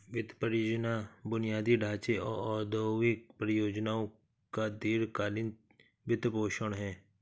वित्त परियोजना बुनियादी ढांचे और औद्योगिक परियोजनाओं का दीर्घ कालींन वित्तपोषण है